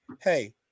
hey